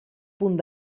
punt